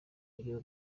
urugero